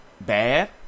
bad